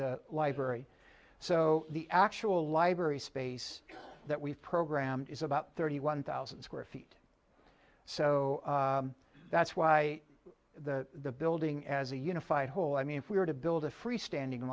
the library so the actual library space that we've programmed is about thirty one thousand square feet so that's why the the building as a unified whole i mean if we were to build a freestanding